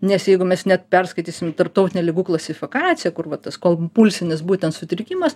nes jeigu mes net perskaitysim tarptautinę ligų klasifikaciją kur va tas kompulsinis būtent sutrikimas